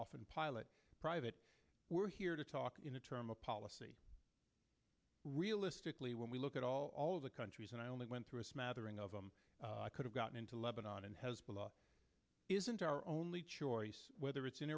often pilot private we're here to talk in a term of policy realistically when we look at all all of the countries and i only went through a smattering of them could've gotten into lebanon and hezbollah isn't our only choice whether it's in